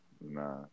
Nah